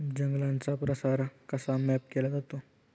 जंगलांचा प्रसार कसा मॅप केला जातो?